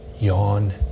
yawn